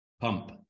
Pump